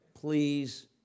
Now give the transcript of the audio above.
please